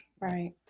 Right